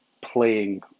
playing